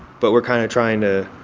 but we're kind of trying to